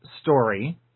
story